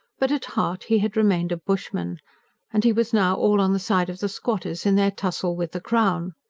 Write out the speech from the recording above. but at heart he had remained a bushman and he was now all on the side of the squatters in their tussle with the crown.